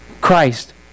Christ